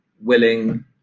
willing